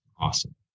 Awesome